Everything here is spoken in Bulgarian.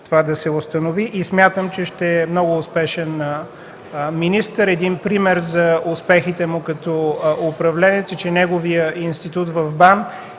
това да се установи и смятам, че ще е много успешен министър. Един пример за успехите му като управленец е, че неговият институт в БАН